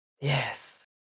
Yes